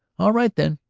all right then.